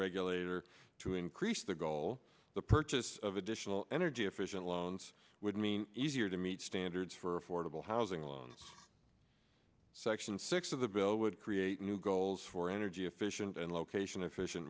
regulator to increase their goal the purchase of additional energy efficient loans would mean easier to meet standards for affordable housing loans section six of the bill would create new goals for energy efficient and location efficient